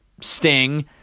sting